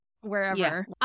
wherever